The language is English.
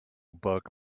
book